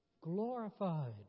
glorified